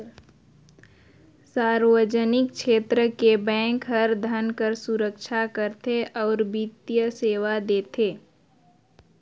सार्वजनिक छेत्र के बेंक हर धन कर सुरक्छा करथे अउ बित्तीय सेवा देथे